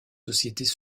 sociétés